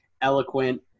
eloquent